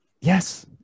Yes